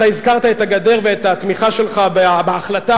אתה הזכרת את הגדר ואת התמיכה שלך בהחלטה,